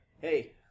Hey